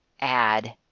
add